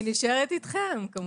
אני נשארת אתכם, כמובן.